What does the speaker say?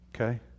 Okay